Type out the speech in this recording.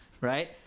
right